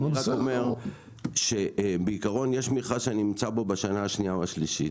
אני רק אומר שבעיקרון יש מכרז שאני נמצא בו בשנה השנייה או השלישית,